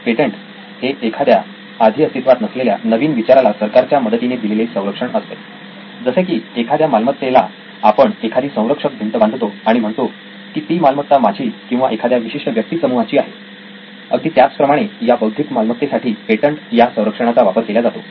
patent हे एखाद्या आधी अस्तित्वात नसलेल्या नवीन विचाराला सरकारच्या मदतीने दिलेले सौरक्षण असते जसे की एखाद्या मालमत्तेला आपण एखादी संरक्षक भिंत बांधतो आणि म्हणतो की ती मालमत्ता माझी किंवा एखाद्या विशिष्ट व्यक्ती समूहाची आहे अगदी त्याच प्रमाणे या बौद्धिक मालमत्तेसाठी पेटंट या संरक्षणाचा वापर केल्या जातो